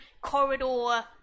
corridor